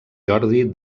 jordi